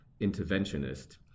interventionist